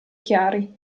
chiari